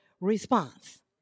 response